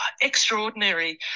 extraordinary